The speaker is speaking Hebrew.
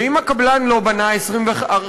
ואם הקבלן לא בנה 25%